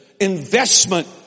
investment